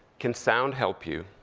can sound help you?